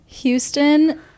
Houston